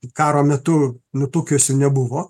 karo metu nutukusių nebuvo